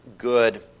good